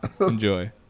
enjoy